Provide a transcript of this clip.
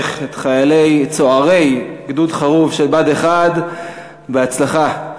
את צוערי גדוד חרוב של בה"ד 1. בהצלחה.